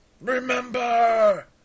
remember